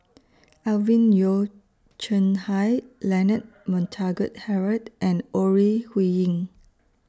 Alvin Yeo Khirn Hai Leonard Montague Harrod and Ore Huiying